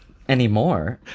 anymore?